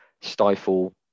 stifle